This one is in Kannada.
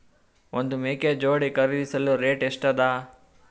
ಒಂದ್ ಮೇಕೆ ಜೋಡಿ ಖರಿದಿಸಲು ರೇಟ್ ಎಷ್ಟ ಅದ?